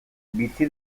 bizi